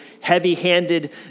heavy-handed